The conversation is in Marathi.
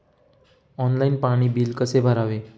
ऑनलाइन पाणी बिल कसे भरावे?